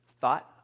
thought